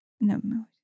no